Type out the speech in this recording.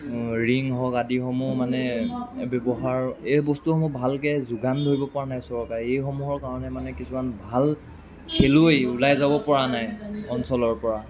ring হওক আদিসমূহ মানে ব্যৱহাৰ এই বস্তুসমূহ ভালকৈ যোগান ধৰিব পৰা নাই চৰকাৰে এইসমূহৰ কাৰণে মানে কিছুমান ভাল খেলুৱৈ ওলাই যাব পৰা নাই অঞ্চলৰ পৰা